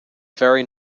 very